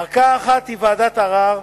ערכאה אחת היא ועדת ערר,